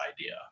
idea